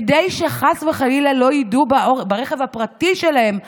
כדי שחס וחלילה לא יידו ברכב הפרטי שלהם אבנים,